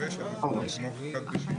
נציגים